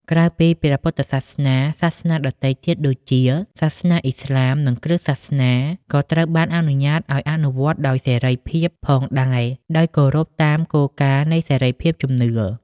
ក្រៅពីព្រះពុទ្ធសាសនា សាសនាដទៃទៀតដូចជា សាសនាឥស្លាម និងគ្រិស្តសាសនា ក៏ត្រូវបានអនុញ្ញាតឱ្យអនុវត្តដោយសេរីភាពផងដែរ ដោយគោរពតាមគោលការណ៍នៃសេរីភាពជំនឿ។